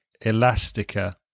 Elastica